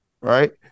right